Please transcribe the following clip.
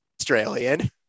australian